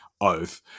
Oath